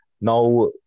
now